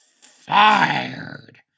fired